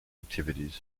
activities